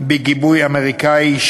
בגיבוי אמריקני,